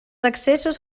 accessos